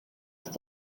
ist